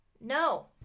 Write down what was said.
No